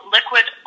Liquid